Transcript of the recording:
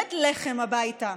באמת לחם הביתה.